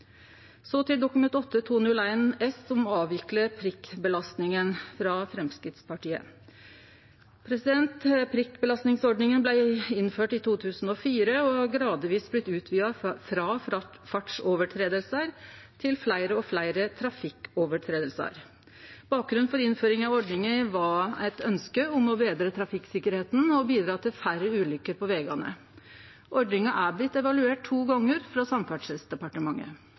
blei innført i 2004 og har gradvis blitt utvida frå brot på fartsgrensene til fleire og fleire brot på trafikkreglane. Bakgrunnen for innføringa av ordninga var eit ønske om å betre trafikksikkerheita og bidra til færre ulukker på vegane. Ordninga er blitt evaluert to gonger av Samferdselsdepartementet.